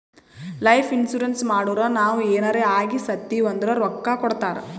life insurance ಮಾಡುರ್ ನಾವ್ ಎನಾರೇ ಆಗಿ ಸತ್ತಿವ್ ಅಂದುರ್ ರೊಕ್ಕಾ ಕೊಡ್ತಾರ್